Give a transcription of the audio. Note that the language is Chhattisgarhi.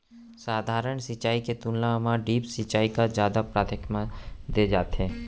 सधारन सिंचाई के तुलना मा ड्रिप सिंचाई का जादा प्राथमिकता दे जाथे